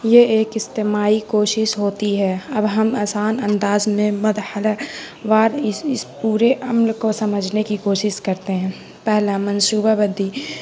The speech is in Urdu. یہ ایک اجتماعی کوشش ہوتی ہے اب ہم آسان انداز میں حال و اس اس پورے عمل کو سمجھنے کی کوشش کرتے ہیں پہلا منصوبہ بندی